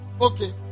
Okay